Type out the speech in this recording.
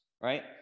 right